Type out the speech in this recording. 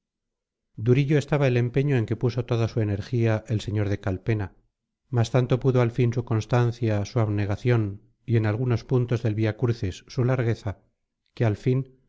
durillo estaba el empeño en que puso toda su energía el sr de calpena mas tanto pudo al fin su constancia su abnegación y en algunos puntos del via crucis su largueza que al fin